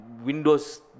Windows